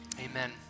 amen